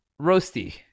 roasty